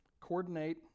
coordinate